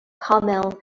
carmel